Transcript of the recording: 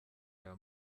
aya